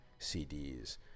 CDs